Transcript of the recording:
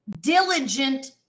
diligent